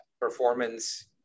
performance